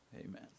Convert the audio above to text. amen